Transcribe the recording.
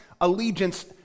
allegiance